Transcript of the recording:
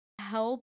help